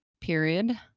period